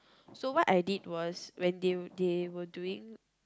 so what I did was when they they were doing